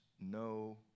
no